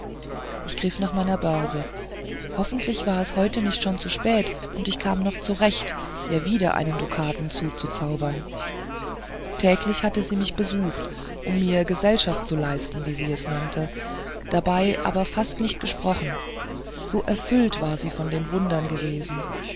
ich griff nach meiner börse hoffentlich war es heute nicht schon zu spät und ich kam noch zurecht ihr wieder einen dukaten zuzuzaubern täglich hatte sie mich besucht um mir gesellschaft zu leisten wie sie es nannte dabei aber fast nicht gesprochen so erfüllt war sie von dem wunder gewesen